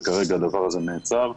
אך כרגע הדבר הזה נעצר.